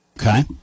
Okay